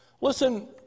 Listen